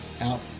out